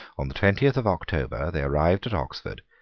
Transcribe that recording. on the twentieth of october they arrived at oxford,